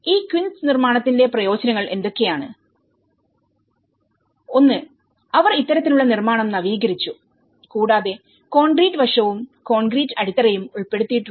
ഈ ക്വിൻസ് നിർമ്മാണത്തിന്റെ പ്രയോജനങ്ങൾ എന്തൊക്കെയാണ് ഒന്ന് അവർ ഇത്തരത്തിലുള്ള നിർമ്മാണം നവീകരിച്ചു കൂടാതെ കോൺക്രീറ്റ് വശവും കോൺക്രീറ്റ് അടിത്തറയും ഉൾപ്പെടുത്തിയിട്ടുണ്ട്